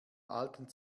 alten